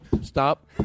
Stop